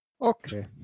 okay